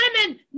women